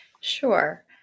Sure